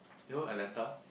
you know Atlanta